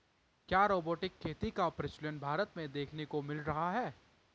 क्या रोबोटिक खेती का प्रचलन भारत में देखने को मिल रहा है?